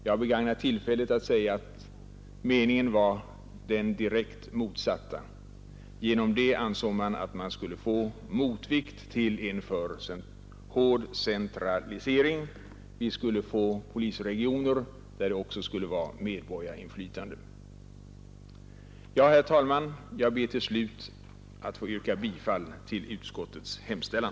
Jag begagnar tillfället att säga att meningen i stället var den direkt motsatta; man ansåg att det därigenom skapades motvikt till en alltför hård centralisering. Vi skulle i stället få medborgarinflytande i polisregionerna. Herr talman! Jag ber till sist att få yrka bifall till utskottets hemställan.